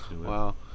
Wow